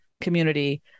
community